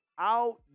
out